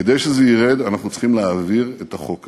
כדי שזה ירד, אנחנו צריכים להעביר את החוק הזה.